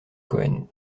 cohen